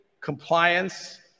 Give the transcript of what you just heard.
compliance